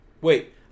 Wait